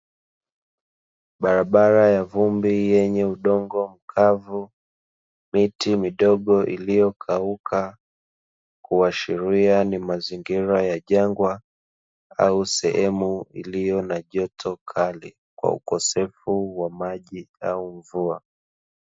Barabara ya vumbi yenye udongo mkavu, miti midogo iliyokauka, kuashiria ni mazingira ya jangwa au sehemu iliyo na joto kali kwa ukosefu wa maji au mvua.